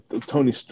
Tony